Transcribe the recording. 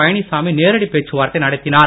பழனிசாமி நேரடி பேச்சுவார்த்தை நடத்தினார்